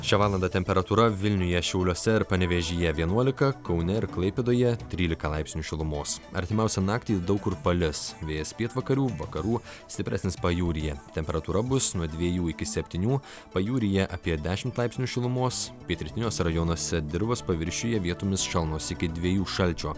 šią valandą temperatūra vilniuje šiauliuose ir panevėžyje vienuolika kaune ir klaipėdoje trylika laipsnių šilumos artimiausią naktį daug kur palis vėjas pietvakarių vakarų stipresnis pajūryje temperatūra bus nuo dviejų iki septynių pajūryje apie dešimt laipsnių šilumos pietrytiniuose rajonuose dirvos paviršiuje vietomis šalnos iki dviejų šalčio